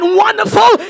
wonderful